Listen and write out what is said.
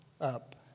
up